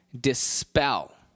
dispel